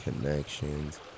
connections